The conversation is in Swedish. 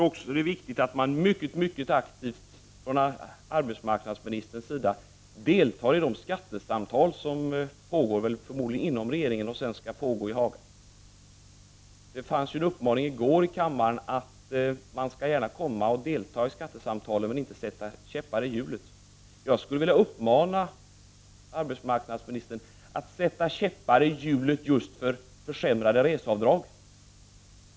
Vidare tror jag att det är viktigt att arbetsmarknadsministern synnerligen aktivt deltar i de skattesamtal som förmodligen pågår inom regeringen och som sedan skall föras i Haga. Vi kunde höra följande uppmaning i går här i kammaren: Kom gärna och delta i skattesamtalen, men sätt inte en käpp i hjulet! Jag skulle vilja uppmana arbetsmarknadsministern att sätta en käpp i hjulet just när det gäller försämrade reseavdrag.